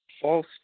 false